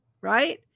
right